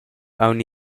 aunc